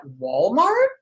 Walmart